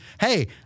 hey